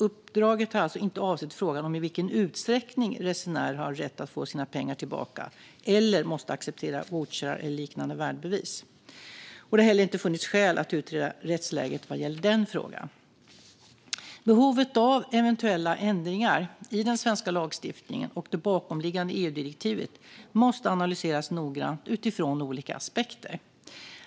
Uppdraget har alltså inte avsett frågan om i vilken utsträckning resenärer har rätt att få sina pengar tillbaka eller måste acceptera vouchrar eller liknande värdebevis. Det har inte heller funnits skäl att utreda rättsläget vad gäller den frågan. Behovet av eventuella ändringar i den svenska lagstiftningen och det bakomliggande EU-direktivet måste analyseras noggrant utifrån olika aspekter.